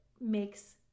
makes